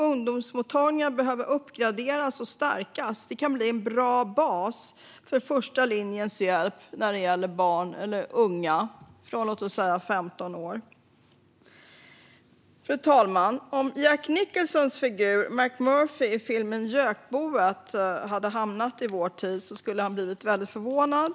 Ungdomsmottagningarna behöver uppgraderas och stärkas. De kan bli en bra bas för första linjens hjälp när det gäller unga från, låt oss säga 15 år. Fru talman! Om Jack Nicholsons figur McMurphy i filmen Gökboet hade hamnat i vår tid skulle han nog bli väldigt förvånad.